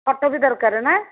photo ବି ଦରକାର ନା